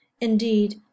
Indeed